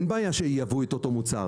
אין בעיה שייבאו אותו מוצר,